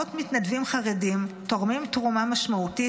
מאות מתנדבים חרדים תורמים תרומה משמעותית